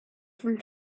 from